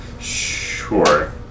Sure